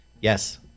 Yes